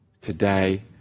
Today